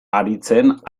haritzen